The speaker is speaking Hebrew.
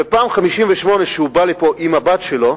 ובפעם ה-58 שהוא בא לפה עם הבת שלו,